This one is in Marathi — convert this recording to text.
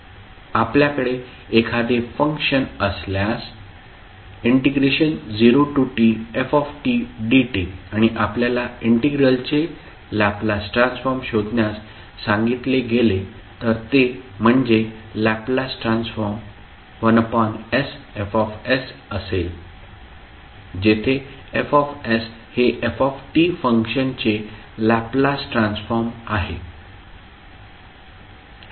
आपल्याकडे एखादे फंक्शन असल्यास 0tftdt आणि आपल्याला इंटिग्रलचे लॅपलास ट्रान्सफॉर्म शोधण्यास सांगितले गेले तर ते म्हणजे लॅपलास ट्रान्सफॉर्म 1sFs असेल जेथे F हे ft फंक्शनचे लॅपलेस ट्रान्सफॉर्म आहे